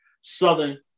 Southern